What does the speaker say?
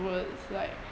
wards like